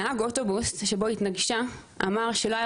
נהג האוטובוס שבו היא התנגשה אמר שלא היה